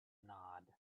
nod